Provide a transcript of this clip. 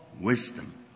wisdom